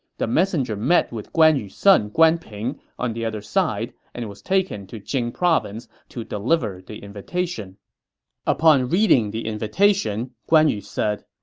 the messenger met with guan yu's son guan ping on the other side and was taken to jing province to deliver the invitation upon reading the invitation, guan yu said,